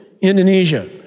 Indonesia